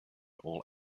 all